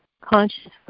consciously